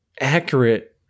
accurate